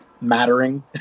mattering